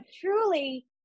truly